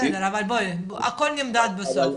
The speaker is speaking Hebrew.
בסדר, אבל הכל נמדד בסוף.